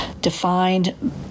Defined